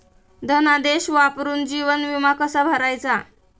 धनादेश वापरून जीवन विमा कसा भरायचा?